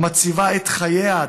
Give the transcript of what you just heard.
המציבה את חיי האדם,